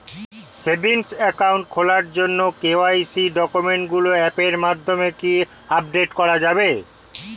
Savings account খোলার জন্য KYC ডকুমেন্টগুলো অ্যাপের মাধ্যমে কি আপডেট করা যাবে?